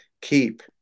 keep